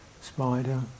spider